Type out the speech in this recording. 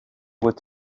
what